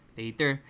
later